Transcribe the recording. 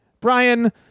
brian